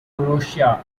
croatia